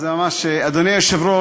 זה יהיה ממש, אדוני היושב-ראש,